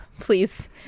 please